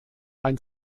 ein